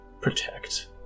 protect